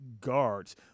guards